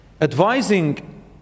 Advising